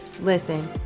listen